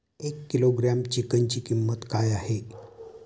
एक किलोग्रॅम चिकनची किंमत काय आहे?